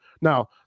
now